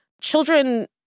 children